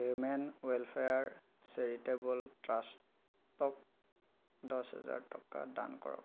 human welfare charitable ট্ৰাষ্টক দহহেজাৰ টকা দান কৰক